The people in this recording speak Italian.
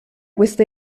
questa